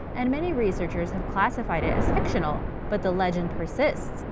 and many researchers have classified it as fictional. but the legend persists,